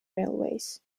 railways